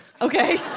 Okay